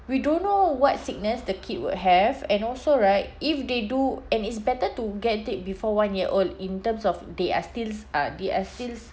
we don't know what sickness the kid would have and also right if they do and it's better to get it before one year old in terms of they are stills uh they are stills